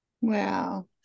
Wow